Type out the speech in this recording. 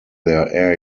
their